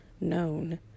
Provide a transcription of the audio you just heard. known